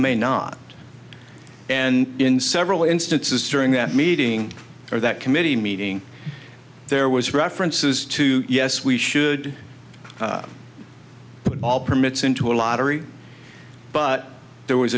may not and in several instances during that meeting or that committee meeting there was references to yes we should all permits into a lottery but there was